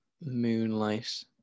moonlight